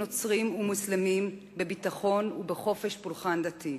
נוצרים ומוסלמים בביטחון ובחופש פולחן דתי.